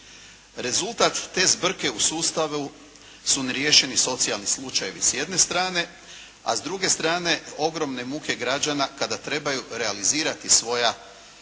Rezultat te zbrke u sustavu su neriješeni socijalni slučajevi s jedne strane, a s druge strane ogromne muke građana kada trebaju realizirati svoja